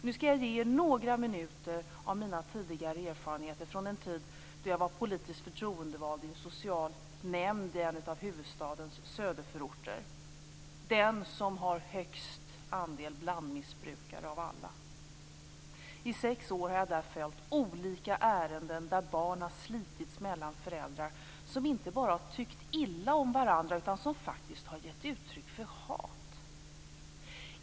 Jag skall ge er några minuter av mina tidigare erfarenheter från en tid då jag var politiskt förtroendevald i en social nämnd i en av huvudstadens söderförorter - den som har högst andel blandmissbrukare av alla. I sex år har jag där följt olika ärenden där barn har slitits mellan föräldrar som inte bara har tyckt illa om varandra utan faktiskt har gett uttryck för hat.